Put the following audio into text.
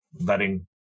letting